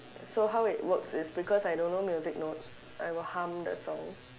so how it works is because I don't know music notes I will hum the song